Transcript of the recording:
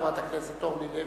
חברת הכנסת אורלי לוי.